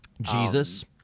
Jesus